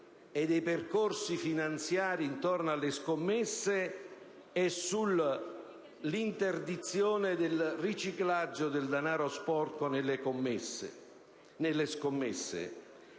e dei percorsi finanziari intorno alle scommesse, sull'interdizione del riciclaggio del denaro sporco nelle scommesse